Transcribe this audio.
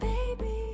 Baby